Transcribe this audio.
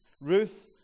Ruth